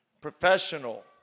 professional